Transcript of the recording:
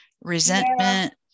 resentment